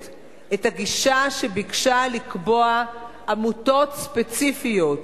את הגישה שביקשה לקבוע עמותות ספציפיות